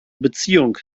beziehung